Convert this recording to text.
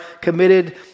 committed